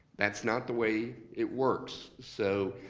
that's not the way it works. so